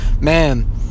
Man